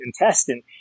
intestine